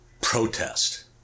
protest